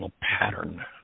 pattern